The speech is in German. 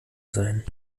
sein